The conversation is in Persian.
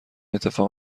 اتفاق